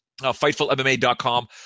FightfulMMA.com